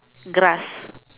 grass